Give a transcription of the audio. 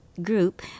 group